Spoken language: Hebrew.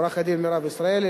עורכת-הדין מירב ישראלי,